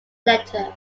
letter